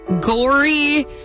gory